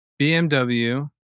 BMW